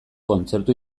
kontzertu